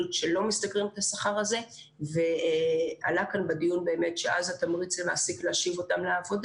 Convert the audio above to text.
שלא נראה לי שיש את כאן את הזמן להרחיב על כל הפעילויות שאנחנו עושים.